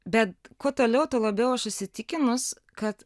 bet kuo toliau tuo labiau aš įsitikinus kad